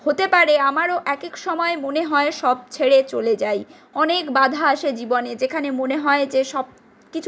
হতে পারে আমারও একেক সময় মনে হয় সব ছেড়ে চলে যাই অনেক বাঁধা আসে জীবনে যেখানে মনে হয় যে সবকিছু